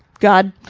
god,